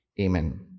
Amen